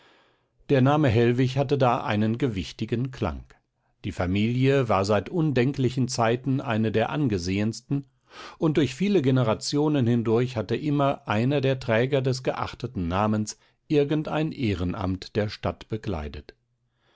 der name hellwig hatte da einen gewichtigen klang die familie war seit undenklichen zeiten eine der angesehensten und durch viele generationen hindurch hatte immer einer der träger des geachteten namens irgend ein ehrenamt der stadt bekleidet